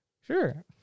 Sure